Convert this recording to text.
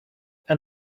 and